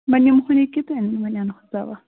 وۅنۍ نِمہٕ ہوٗن یہِ کہِ أنۍہوٗن وۅنۍ اَنہٕ ہوٚس دوا